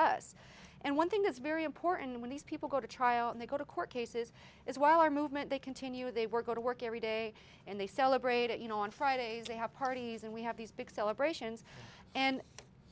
us and one thing that's very important when these people go to trial and they go to court cases it's while our movement they continue they work go to work every day and they celebrate it you know on fridays we have parties and we have these big celebrations and